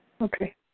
okay